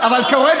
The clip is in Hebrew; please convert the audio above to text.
כוחות